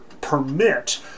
permit